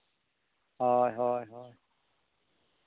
ᱦᱳᱭ ᱦᱳᱭ ᱦᱳᱭ